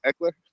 Eckler